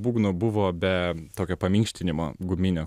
būgno buvo be tokio paminkštinimo guminio